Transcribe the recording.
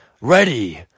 Ready